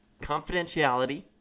confidentiality